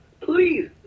please